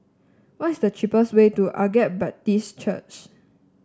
what is the cheapest way to Agape Baptist Church